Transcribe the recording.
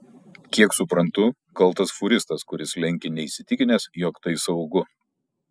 kiek suprantu kaltas fūristas kuris lenkė neįsitikinęs jog tai saugu